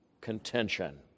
contention